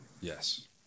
Yes